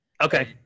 Okay